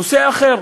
נושא אחר: